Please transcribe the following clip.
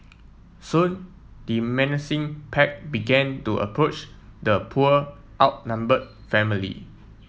soon the menacing pack began to approach the poor outnumbered family